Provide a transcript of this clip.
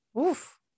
Oof